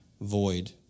void